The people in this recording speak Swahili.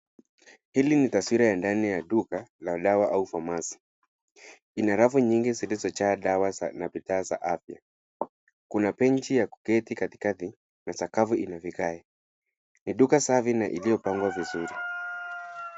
Hili ni taswira ya ndani ya duka la dawa au pharmacy . Ina rafu nyingi zilizojaa dawa na bidhaa za afya. Kuna benchi ya kuketi katikati na sakafu ina vigae. Ni duka safi na iliyopangwa vizuri.